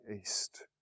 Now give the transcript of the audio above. east